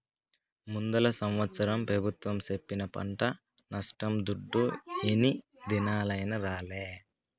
ముందల సంవత్సరం పెబుత్వం సెప్పిన పంట నష్టం దుడ్డు ఇన్ని దినాలైనా రాలే